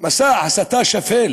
הסתה שפל